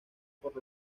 por